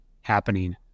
happening